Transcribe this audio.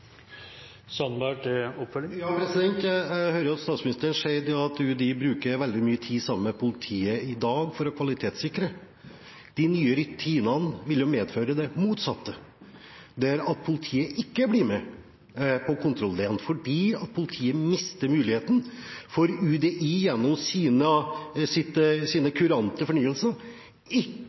Jeg hører at statsministeren sier at UDI bruker veldig mye tid sammen med politiet i dag for å kvalitetssikre. De nye rutinene vil medføre det motsatte, at politiet ikke blir med på kontrolldelen. De mister nemlig muligheten fordi UDI gjennom sine kurante fornyelser ikke lagrer og arkiverer dokumenter og ID til disse personene, og da blir det umulig for politiet å kontrollere i